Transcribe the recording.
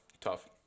tough